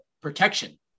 protection